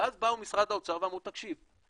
ואז באו ממשרד האוצר ואמרו: תקשיב,